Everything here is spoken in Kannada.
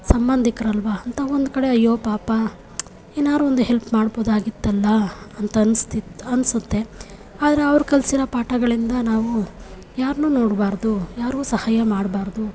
ಸಂಬಂಧಿಕರಲ್ವಾ ಅಂತ ಒಂದು ಕಡೆ ಅಯ್ಯೋ ಪಾಪ ಏನಾದ್ರು ಒಂದು ಹೆಲ್ಪ್ ಮಾಡ್ಬೋದಾಗಿತ್ತಲ್ಲ ಅಂತನ್ಸಿತಿತ್ತು ಅನ್ಸುತ್ತೆ ಆದರೆ ಅವ್ರು ಕಲಿಸಿರೋ ಪಾಠಗಳಿಂದ ನಾವು ಯಾರನ್ನೂ ನೋಡಬಾರ್ದು ಯಾರಿಗೂ ಸಹಾಯ ಮಾಡಬಾರ್ದು